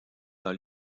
dans